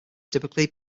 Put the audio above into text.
typically